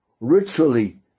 ritually